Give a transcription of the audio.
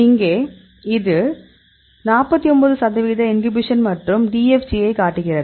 இங்கே இது 49 சதவிகிதத் இன்ஹிபிஷன் மற்றும் DFG ஐ காட்டுகிறது